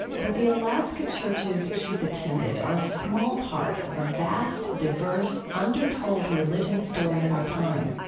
but the alaska churches she has attended are a small part of a vast, diverse, undertold religion story of our time.